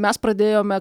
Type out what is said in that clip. mes pradėjome